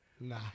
Nah